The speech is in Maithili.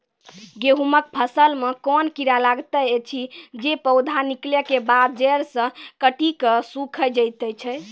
गेहूँमक फसल मे कून कीड़ा लागतै ऐछि जे पौधा निकलै केबाद जैर सऽ काटि कऽ सूखे दैति छै?